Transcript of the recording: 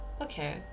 Okay